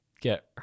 get